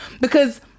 because-